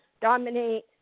dominate